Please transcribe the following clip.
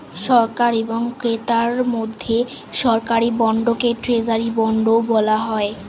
সরকার এবং ক্রেতার মধ্যে সরকারি বন্ডকে ট্রেজারি বন্ডও বলা হয়